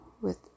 with-